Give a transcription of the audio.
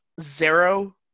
zero